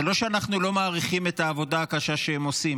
זה לא שאנחנו לא מעריכים את העבודה הקשה שהם עושים,